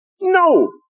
No